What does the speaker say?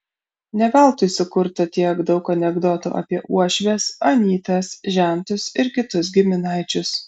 ne veltui sukurta tiek daug anekdotų apie uošves anytas žentus ir kitus giminaičius